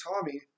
tommy